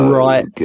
right